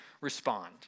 respond